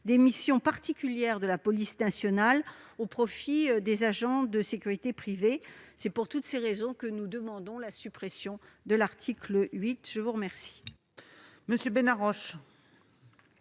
missions particulières de la police nationale, au profit des agents de sécurité privée. C'est pour toutes ces raisons que nous demandons la suppression de l'article 8. La parole